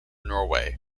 norway